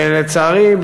לצערי,